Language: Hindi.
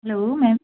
मैम